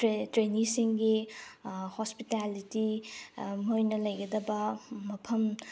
ꯇ꯭ꯔꯦꯟꯅꯤꯁꯤꯡꯒꯤ hospitality ꯃꯣꯏꯅ ꯂꯩꯒꯗꯕ ꯃꯐꯝ